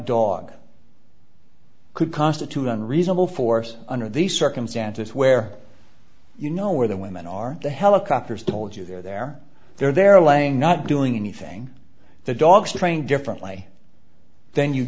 dog could constitute unreasonable force under the circumstances where you know where the women are the helicopters told you they're there they're they're laying not doing anything the dogs are trained differently then you